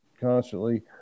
constantly